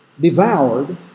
devoured